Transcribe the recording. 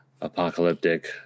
apocalyptic